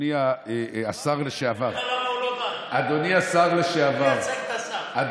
אדוני השר לשעבר, אני אסביר לך למה הוא לא כאן.